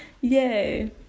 yay